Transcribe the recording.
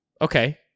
Okay